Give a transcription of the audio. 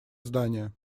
здание